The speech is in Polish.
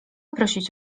prosić